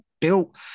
built